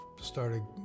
started